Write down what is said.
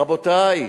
רבותי,